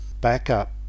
backup